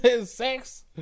Sex